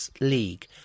League